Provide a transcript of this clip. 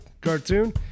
cartoon